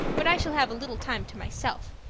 but i shall have a little time to myself,